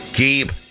Keep